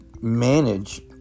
manage